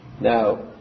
Now